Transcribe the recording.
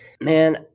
Man